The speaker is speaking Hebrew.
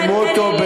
תקיימו אותו,